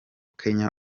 kenya